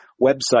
website